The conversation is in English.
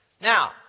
Now